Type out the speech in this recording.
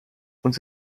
uns